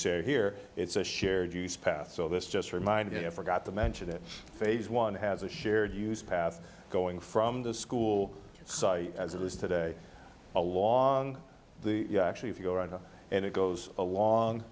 say here it's a shared use path so this just remind me of forgot to mention that phase one has a shared use path going from the school site as it is today along the actually if you go around and it goes along